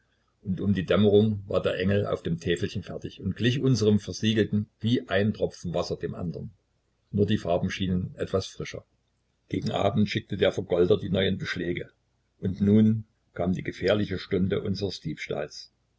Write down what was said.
und um die dämmerung war der engel auf dem täfelchen fertig und glich unserm versiegelten wie ein tropfen wasser dem andern nur die farben schienen etwas frischer gegen abend schickte der vergolder die neuen beschläge und nun kam die gefährliche stunde unseres diebstahls